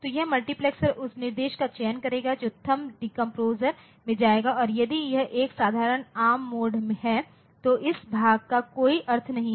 तो यह मल्टीप्लेक्सर उस निर्देश का चयन करेगा जो थंब डिकम्प्रेसर में जाएगा या यदि यह एक साधारण एआरएम मोड है तो इस भाग का कोई अर्थ नहीं है